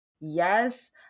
Yes